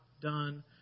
done